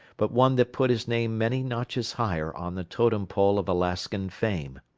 but one that put his name many notches higher on the totem-pole of alaskan fame.